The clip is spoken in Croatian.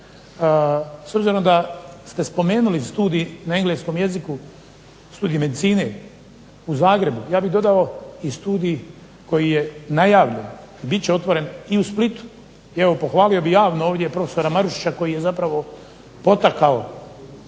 S obzirom da ste spomenuli studij na engleskom jeziku, studij medicine u Zagrebu, ja bih dodao i studij koji je najavljen, bit će otvoren i u Splitu. I evo pohvalio bih javno ovdje prof. Marušića koji je zapravo potakao